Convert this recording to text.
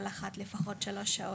כל אחת מהן נמשכה לפחות שלוש שעות,